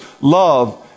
love